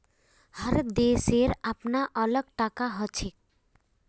हर देशेर अपनार अलग टाका हछेक